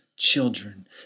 children